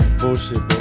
bullshit